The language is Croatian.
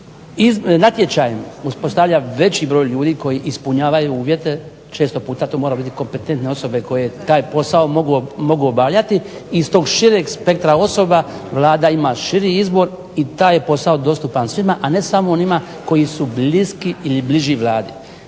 se natječajem uspostavlja veći broj ljudi koji ispunjavaju uvjete, često puta to moraju biti kompetentne osobe koje taj posao mogu obavljati i s tog šireg spektra osoba Vlada ima širi izbor i taj je posao dostupan svima, a ne samo onima koji su bliski ili bliži Vladi.